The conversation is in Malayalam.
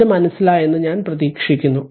ഇത് മനസ്സിലായെന്ന് ഞാൻ പ്രതീക്ഷിക്കുന്നു